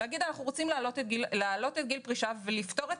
להגיד שאנחנו רוצים להעלות את גיל הפרישה ולפתור את